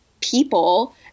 people